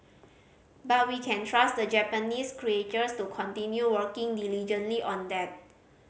but we can trust the Japanese creators to continue working diligently on that